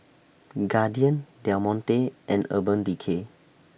Guardian Del Monte and Urban Decay